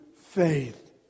faith